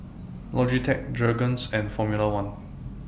Logitech Jergens and Formula one